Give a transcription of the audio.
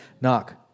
knock